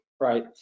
right